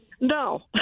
No